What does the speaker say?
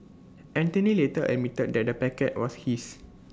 Anthony later admitted that the packet was his